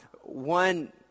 one